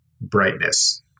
brightness